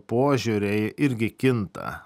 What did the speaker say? požiūriai irgi kinta